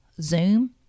zoom